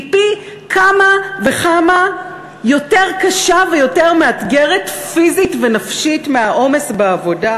הוא פי כמה וכמה יותר קשה ויותר מאתגר פיזית ונפשית מהעומס בעבודה.